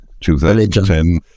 2010